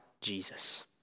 Jesus